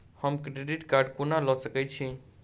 हम credit card कोना लऽ सकै छी?